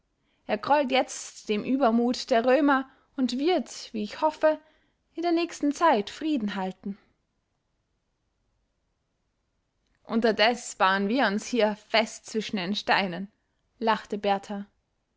er grollt jetzt dem übermut der römer und wird wie ich hoffe in der nächsten zeit frieden halten unterdes bauen wir uns hier fest zwischen den steinen lachte berthar